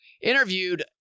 interviewed